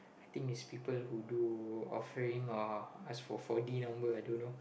I think is people who do offering or ask for four-D number I don't know